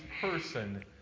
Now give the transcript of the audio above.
person